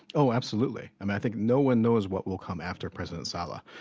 oh absolutely. um i think no one knows what will come after president saleh.